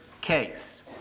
case